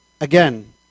again